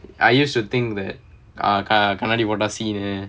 I used to think that ah கண்ணாடி போட:kannaadi poda scene eh